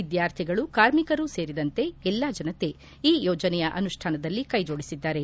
ವಿದ್ಯಾರ್ಥಿಗಳು ಕಾರ್ಮಿಕರೂ ಸೇರಿದಂತೆ ಎಲ್ಲಾ ಜನತೆ ಈ ಯೋಜನೆಯ ಅನುಷ್ಠಾನದಲ್ಲಿ ಕೈ ಜೋಡಿಸಿದ್ದಾರೆ